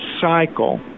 cycle